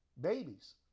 babies